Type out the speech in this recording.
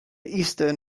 eastern